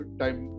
time